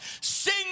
Sing